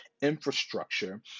infrastructure